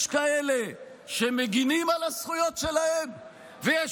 יש כאלה שמגינים על הזכויות שלהם ויש